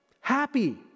Happy